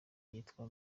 yitwa